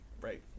right